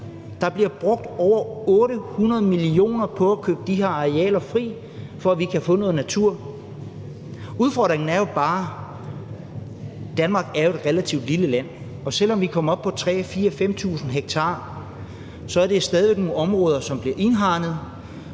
Der bliver brugt over 800 mio. kr. på at købe de her arealer fri, for at vi kan få noget natur. Udfordringen er jo bare, at Danmark er et relativt lille land, og at det, selv om vi kommer op på 3.000, 4.000, 5.000 ha, så stadig væk er nogle områder, som bliver indhegnet,